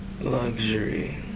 Luxury